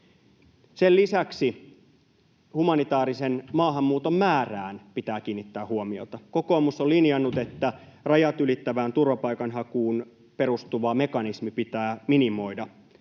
Sen lisäksi humanitaarisen maahanmuuton määrään pitää kiinnittää huomiota. Kokoomus on linjannut, että rajat ylittävään turvapaikanhakuun perustuva mekanismi pitää minimoida.